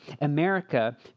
America